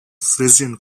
frisian